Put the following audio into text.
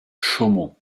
chaumont